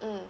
mm